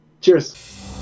Cheers